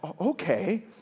okay